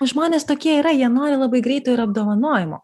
žmonės tokie yra jie nori labai greito ir apdovanojimo